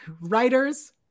writers